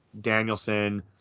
Danielson